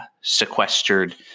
sequestered